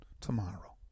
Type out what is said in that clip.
Tomorrow